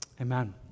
Amen